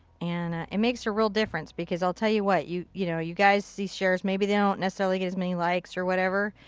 and it makes a real difference. because i'll tell you what. you, you know. you guys see shares. maybe they don't necessarily get as many likes or whatever.